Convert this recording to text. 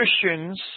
Christians